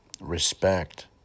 respect